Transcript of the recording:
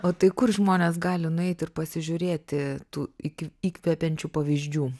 o tai kur žmonės gali nueit ir pasižiūrėti tų įkv įkvepiančių pavyzdžių